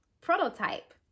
prototype